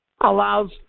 allows